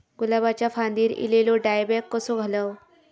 गुलाबाच्या फांदिर एलेलो डायबॅक कसो घालवं?